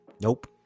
Nope